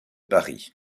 paris